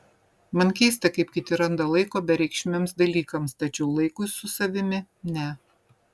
man keista kaip kiti randa laiko bereikšmiams dalykams tačiau laikui su savimi ne